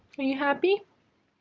are you happy?